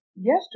yesterday